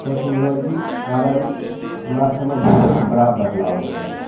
टेक्नोलॉजीके कारण हमरासभमे बहुत बड़ा बदलाव अएलै हँ